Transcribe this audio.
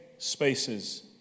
spaces